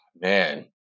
Man